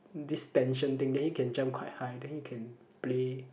this tension thing then you can jump quite high then you can play